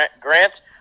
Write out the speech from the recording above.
Grant